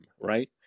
right